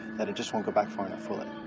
that it just won't go back far enough, will it?